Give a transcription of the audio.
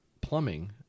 plumbing